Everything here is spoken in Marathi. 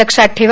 लक्षात ठेवा